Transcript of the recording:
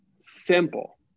Simple